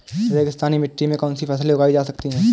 रेगिस्तानी मिट्टी में कौनसी फसलें उगाई जा सकती हैं?